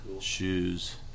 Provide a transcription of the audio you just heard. shoes